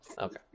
okay